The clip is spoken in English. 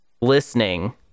listening